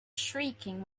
shrieking